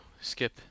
skip